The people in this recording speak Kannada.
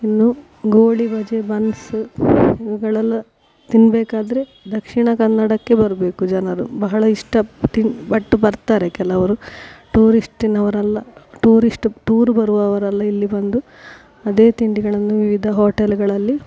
ಇನ್ನು ಗೋಳಿ ಬಜೆ ಬನ್ಸು ಇವುಗಳೆಲ್ಲ ತಿನ್ನಬೇಕಾದ್ರೆ ದಕ್ಷಿಣ ಕನ್ನಡಕ್ಕೆ ಬರಬೇಕು ಜನರು ಬಹಳ ಇಷ್ಟ ತಿನ್ ಪಟ್ಟು ಬರ್ತಾರೆ ಕೆಲವರು ಟೂರಿಸ್ಟ್ನವರೆಲ್ಲ ಟೂರಿಸ್ಟ್ ಟೂರ್ ಬರುವವರೆಲ್ಲ ಇಲ್ಲಿ ಬಂದು ಅದೇ ತಿಂಡಿಗಳನ್ನು ವಿವಿಧ ಹೋಟೆಲ್ಗಳಲ್ಲಿ